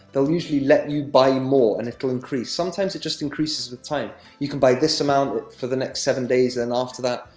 they'll usually let you buy more, and it will increase. sometimes, it just increases with time you can buy this amount for the next seven days, then after that.